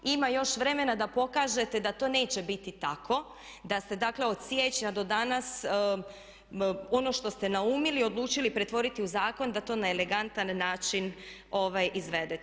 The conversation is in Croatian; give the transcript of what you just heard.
Ima još vremena da pokažete da to neće biti tako, da se dakle od siječnja do danas ono što ste naumili, odlučili pretvoriti u zakon da to na elegantan način izvedete.